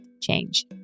change